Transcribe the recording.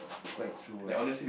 quite true ah